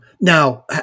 Now